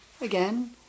again